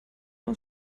aus